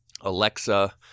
Alexa